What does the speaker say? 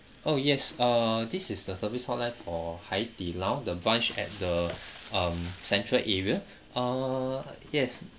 oh yes uh this is the service hotline for Haidilao the branch at the um central area uh yes